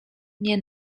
nie